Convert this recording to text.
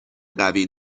قوی